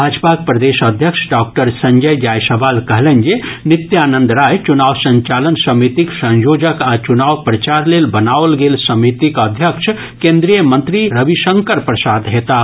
भाजपाक प्रदेश अध्यक्ष डॉक्टर संजय जायसवाल कहलनि जे नित्यानंद राय चुनाव संचालन समितिक संयोजक आ चुनाव प्रचार लेल बनाओल गेल समितिक अध्यक्ष केंद्रीय मंत्री रविशंकर प्रसाद हेताह